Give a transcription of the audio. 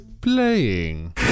Playing